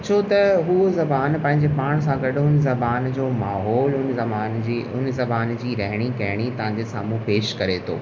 छो त हूअ ज़बान पंहिंजे पाण सां गॾु हुन ज़बान जो माहोलु हुन ज़बान जी हुन ज़बान जी रहिणी कहिणी तव्हांजे साम्हूं पेश करे थो